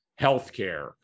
healthcare